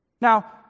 Now